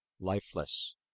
lifeless